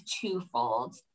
twofold